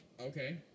Okay